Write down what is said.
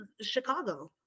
Chicago